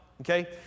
Okay